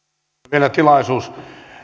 vielä tilaisuus